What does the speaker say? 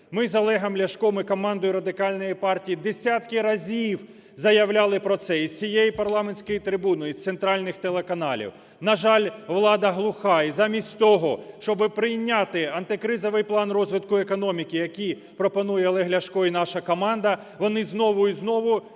Ми з Олегом Ляшком і командою Радикальної партії десятки разів заявляли про це і з цієї парламентської трибуни, і з центральних телеканалів, на жаль, влада глуха. І замість того, щоб прийняти антикризовий план розвитку економіки, який пропонує Олег Ляшко і наша команда, вони знову й знову